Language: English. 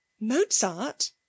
Mozart